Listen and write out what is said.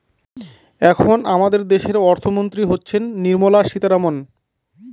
এখন আমাদের দেশের অর্থমন্ত্রী হচ্ছেন নির্মলা সীতারামন